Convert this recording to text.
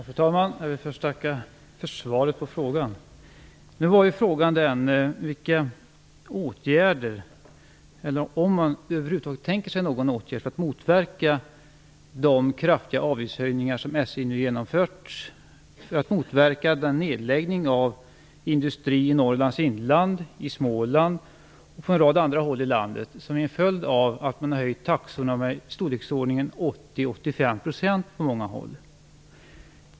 Fru talman! Jag vill först tacka för svaret på frågan. Frågan var om regeringen tänker vidta några åtgärder för att motverka de kraftiga avgiftshöjningar som SJ nu genomfört och därmed motverka den nedläggning av industri i Norrlands inland, i Småland och på en rad andra håll i landet som är en följd av att taxorna på många håll höjts med 80-85 %.